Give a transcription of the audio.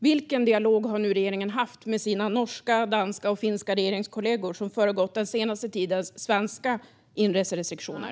Vilken dialog har regeringen haft med sina norska, danska och finska regeringskollegor som har föregått den senaste tidens svenska inreserestriktioner?